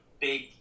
big